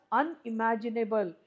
unimaginable